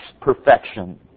perfection